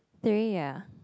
three ya